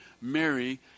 Mary